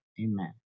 Amen